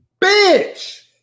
bitch